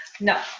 no